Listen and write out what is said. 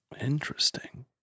Interesting